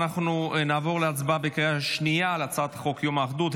אנחנו נעבור להצבעה בקריאה שנייה על הצעת חוק יום האחדות,